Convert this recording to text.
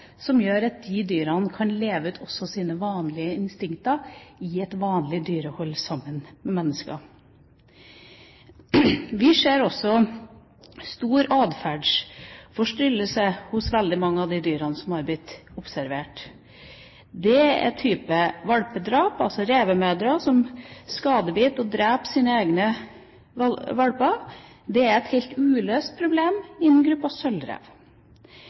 som gjør at disse dyrene kan leve ut også sine vanlige instinkter, i et vanlig dyrehold sammen med mennesker. Vi ser også store atferdsforstyrrelser hos veldig mange av de dyrene som har blitt observert. Det er valpedrap, altså revemødre som skadebiter og dreper sine egne valper. Det er et helt uløst problem